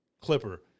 Clipper